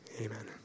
amen